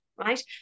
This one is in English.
right